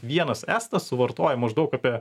vienas estas suvartoja maždaug apie